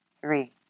Three